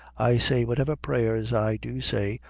i say whatever prayers i do say,